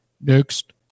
Next